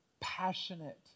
passionate